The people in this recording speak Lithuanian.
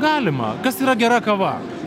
galima kas yra gera kava